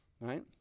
right